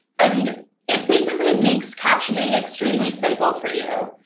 and it basically makes captioning extremely simple for you.